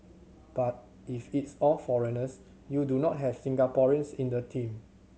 but if it's all foreigners you do not have Singaporeans in the team